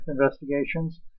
investigations